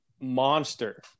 monster